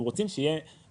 אנחנו רוצים שישקמו.